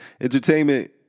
Entertainment